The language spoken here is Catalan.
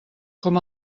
com